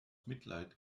mitleid